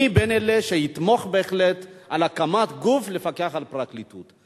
אני בין אלה שיתמכו בהחלט בהקמת גוף לפקח על הפרקליטות.